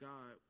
God